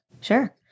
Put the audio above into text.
Sure